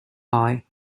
eye